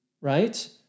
right